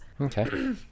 Okay